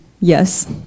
Yes